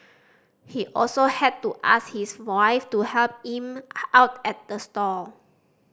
he also had to ask his wife to help him out at the stall